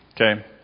okay